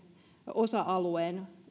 osa alueen